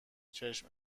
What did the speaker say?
چشم